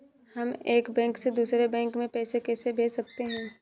हम एक बैंक से दूसरे बैंक में पैसे कैसे भेज सकते हैं?